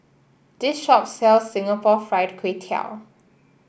this shop sells Singapore Fried Kway Tiao